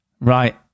right